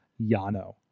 Yano